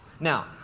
Now